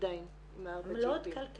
לא זה